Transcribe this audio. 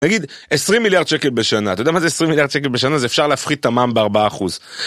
תגיד עשרים מיליארד שקל בשנה, אתה יודע מה זה עשרים מיליארד שקל בשנה, זה אפשר להפחית המע"מ בארבעה אחוז.